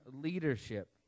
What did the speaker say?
leadership